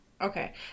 Okay